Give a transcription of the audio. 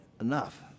enough